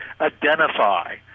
identify